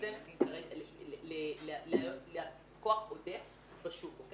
להיות כוח עודף בשוק.